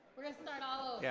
we're gonna start all yeah